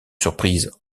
surprise